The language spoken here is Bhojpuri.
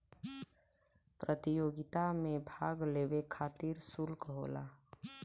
प्रतियोगिता मे भाग लेवे खतिर सुल्क होला